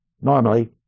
normally